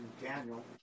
Daniel